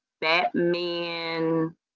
Batman